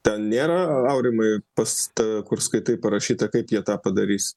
ten nėra aurimai pas tą kur skaitai parašyta kaip jie tą padarys